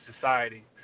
society